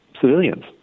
civilians